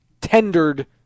tendered